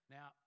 Now